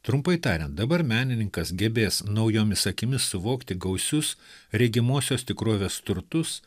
trumpai tariant dabar menininkas gebės naujomis akimis suvokti gausius regimosios tikrovės turtus